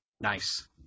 Nice